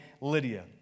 Lydia